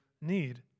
need